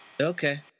Okay